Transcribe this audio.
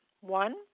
One